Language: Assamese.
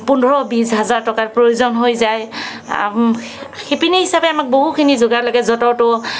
পোন্ধৰ বিশ হাজাৰ টকাৰ প্ৰয়োজন হয় যায় শিপিনী হিচাপে আমাক বহুখিনি যোগাৰ লাগে যঁতৰটো